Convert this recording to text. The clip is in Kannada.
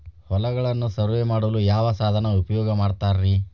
ಹೊಲಗಳನ್ನು ಸರ್ವೇ ಮಾಡಲು ಯಾವ ಸಾಧನ ಉಪಯೋಗ ಮಾಡ್ತಾರ ರಿ?